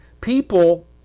people